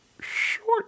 short